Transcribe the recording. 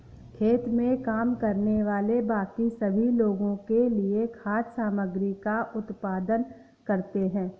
खेत में काम करने वाले बाकी सभी लोगों के लिए खाद्य सामग्री का उत्पादन करते हैं